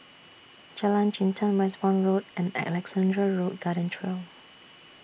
Jalan Jintan Westbourne Road and Alexandra Road Garden Trail